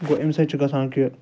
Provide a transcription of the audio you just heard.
گوٚو امہ سۭتۍ چھ گَژھان کہ